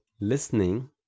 listening